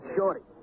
Shorty